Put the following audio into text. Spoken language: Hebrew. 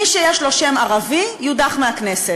מי שיש לו שם ערבי, יודח מהכנסת.